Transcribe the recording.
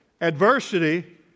Adversity